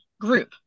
group